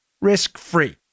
risk-free